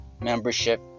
membership